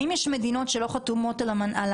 האם יש מדינות בעולם שלא חתומות על האמנה?